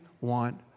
want